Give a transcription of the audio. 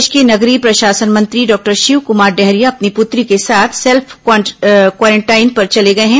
प्रदेश के नगरीय प्रशासन मंत्री डॉक्टर शिवक्मार डहरिया अपनी पुत्री के साथ सेल्फ क्वारेंटाइन पर चले गए हैं